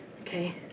Okay